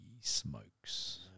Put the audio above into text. smokes